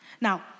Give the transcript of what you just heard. Now